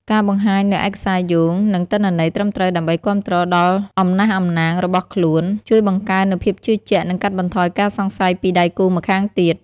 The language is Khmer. ការបង្ហាញនូវឯកសារយោង និងទិន្នន័យត្រឹមត្រូវដើម្បីគាំទ្រដល់អំណះអំណាងរបស់ខ្លួន ជួយបង្កើននូវភាពជឿជាក់ និងកាត់បន្ថយការសង្ស័យពីដៃគូម្ខាងទៀត។